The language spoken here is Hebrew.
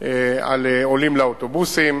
על עולים לאוטובוסים.